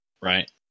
right